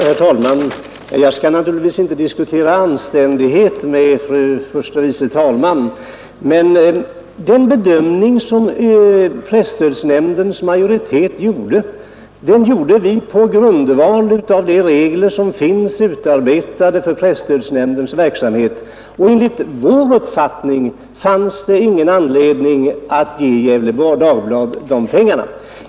Herr talman! Jag skall naturligtvis inte diskutera anständighet med fru andre vice talmannen. Men presstödsnämndens majoritets bedömning grundades på de regler som finns utarbetade för presstödsnämndens verksamhet. Enligt vår uppfattning fanns det ingen anledning att ge Gefle Dagblad pengar.